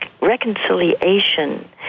reconciliation